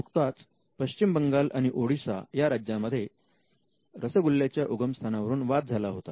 नुकताच पश्चिम बंगाल आणि ओडिशा या राज्यांमध्ये रसगुल्ल्याच्या उगमस्थानावरून वाद झाला होता